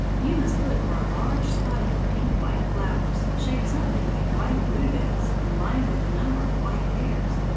you must look for a large spike of pink-white flowers, shaped something like wide blue-bells and lined with a number of white hairs.